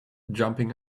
jumping